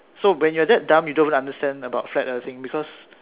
so when you're that dumb you don't even understand about flat earthing because